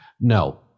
No